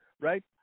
right